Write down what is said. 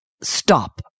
stop